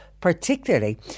particularly